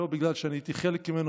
לא בגלל שהייתי חלק ממנו,